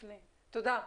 תודה.